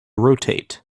rotate